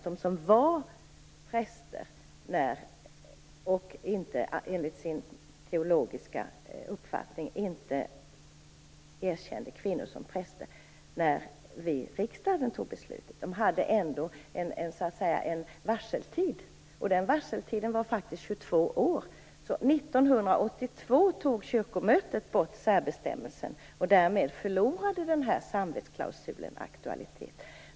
De som var präster och enligt sin teologiska uppfattning inte erkände kvinnor som präster när vi i riksdagen fattade beslutet hade ändå en varseltid. Denna varseltid var faktiskt 22 år. 1982 tog kyrkomötet bort särbestämmelsen, och därmed förlorade samvetsklausulen aktualitet.